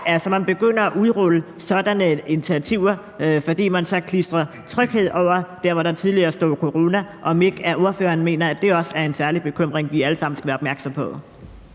man begynder at udrulle sådanne initiativer, hvor man så klistrer »tryghed« hen over der, hvor der tidligere stod »corona«. Mener ordføreren ikke, at det også er en særlig bekymring, vi alle sammen skal være opmærksomme på?